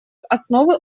основы